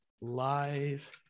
Live